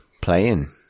playing